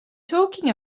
talking